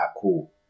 cool